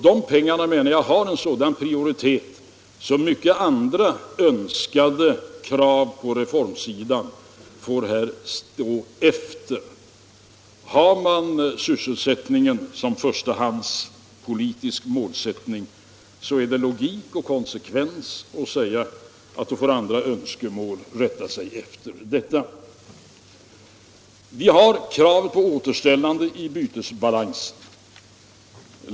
Det ändamålet, menar jag, har sådan prioritet att många andra önskningar på reformsidan får komma efter. Har man sysselsättningen som förstahandspolitisk målsättning är det logiskt och konsekvent att säga att andra önskemål får rätta sig efter detta. Vi har krav på återställande i bytesbalansen.